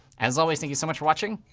as always, thank you so much for watching,